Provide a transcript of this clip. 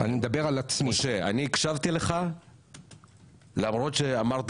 אני מדבר על עצמי -- אני הקשבתי לך למרות שאמרת